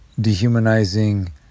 dehumanizing